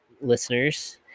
listeners